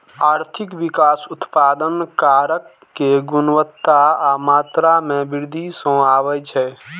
आर्थिक विकास उत्पादन कारक के गुणवत्ता आ मात्रा मे वृद्धि सं आबै छै